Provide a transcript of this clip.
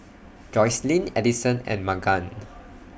Joycelyn Edison and Magan